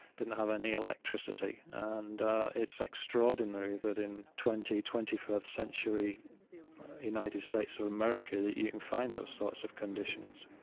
didn't have any electricity. and it's extraordinary that in twenty, twenty first century united states of america, that you can find those sorts of conditions